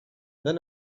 then